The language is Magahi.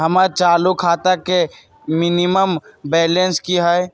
हमर चालू खाता के मिनिमम बैलेंस कि हई?